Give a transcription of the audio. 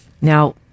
Now